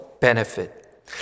benefit